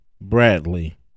Bradley